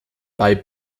bei